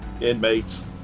inmates